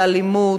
על אלימות.